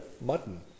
mutton